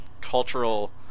cultural